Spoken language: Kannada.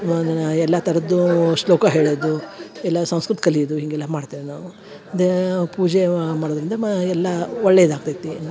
ಎಲ್ಲ ಥರದ್ದೂ ಶ್ಲೋಕ ಹೇಳುದು ಇಲ್ಲ ಸಂಸ್ಕೃತ ಕಲಿಯುದು ಹೀಗೆಲ್ಲ ಮಾಡ್ತೇವೆ ನಾವು ದೇ ಪೂಜೆ ವ ಮಾಡುದರಿಂದ ಮ ಎಲ್ಲ ಒಳ್ಳೇಯದು ಆಗ್ತೈತಿ